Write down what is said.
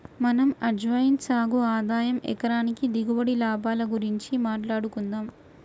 మనం అజ్వైన్ సాగు ఆదాయం ఎకరానికి దిగుబడి, లాభాల గురించి మాట్లాడుకుందం